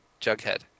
Jughead